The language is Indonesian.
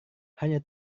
hanya